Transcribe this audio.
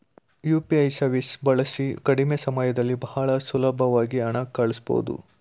UPI ಸವೀಸ್ ಬಳಸಿ ಕಡಿಮೆ ಸಮಯದಲ್ಲಿ ಬಹಳ ಸುಲಬ್ವಾಗಿ ಹಣ ಕಳಸ್ಬೊದು